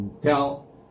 tell